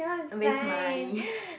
waste money